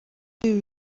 ibi